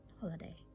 holiday